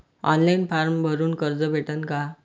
Online form भरून कर्ज भेटन का?